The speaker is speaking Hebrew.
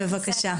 בבקשה.